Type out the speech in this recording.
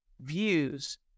views